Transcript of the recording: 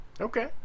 Okay